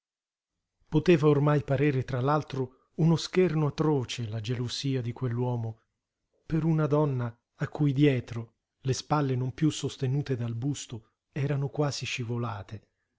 poteva ormai parere tra l'altro uno scherno atroce la gelosia di quell'uomo per una donna a cui dietro le spalle non piú sostenute dal busto erano quasi scivolate